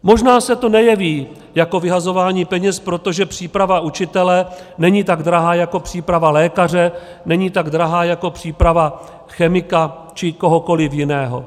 Možná se to nejeví jako vyhazování peněz, protože příprava učitele není tak drahá jako příprava lékaře, není tak drahá jako příprava chemika či kohokoliv jiného.